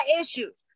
issues